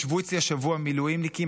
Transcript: ישבו אצלי השבוע מילואימניקים.